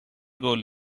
goal